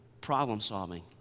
problem-solving